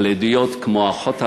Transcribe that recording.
כמו האחות הראשית,